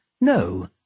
No